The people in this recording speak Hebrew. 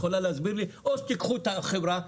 או שתיקחו את החברה,